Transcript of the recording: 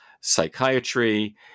psychiatry